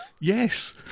Yes